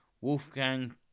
Wolfgang